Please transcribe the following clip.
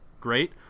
great